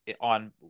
on